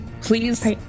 Please